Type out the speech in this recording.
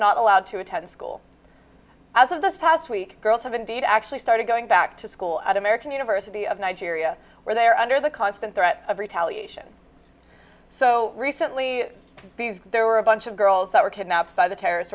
not allowed to attend school as of this past week girls have indeed actually started going back to school at american university of nigeria where they are under the constant threat of retaliation so recently there were a bunch of girls that were kidnapped by the terrorist